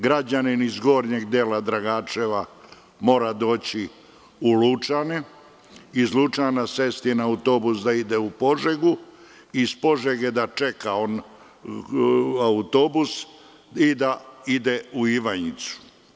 Građanin iz gornjeg dela Dragačeva mora doći u Lučane, iz Lučana da sedne na autobus za Požegu, iz Požege da čeka autobus za Ivanjicu.